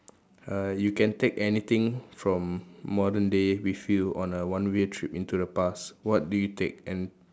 uh you can take anything from modern day with you on a one way trip into the past what do you take and